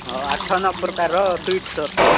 ହଉ ଆଠ ନଅ ପ୍ରକାରର ସୁଇଟସ୍ ଅଛି